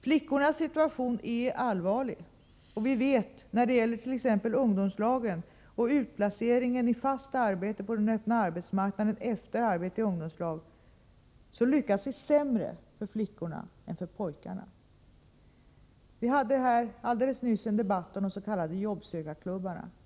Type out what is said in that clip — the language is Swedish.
Flickornas situation är allvarlig, och vi vet att när det gäller t.ex. ungdomslagen och utplaceringen i fast arbete på den öppna arbetsmarknaden efter arbete i ungdomslag lyckas vi sämre med flickorna än med pojkarna. Vi hade alldeles nyss en debatt om de s.k. jobbsökarklubbarna.